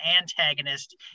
antagonist